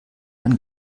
man